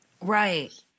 Right